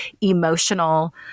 emotional